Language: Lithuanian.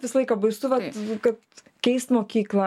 visą laiką baisu vat kad keist mokyklą